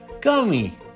gummy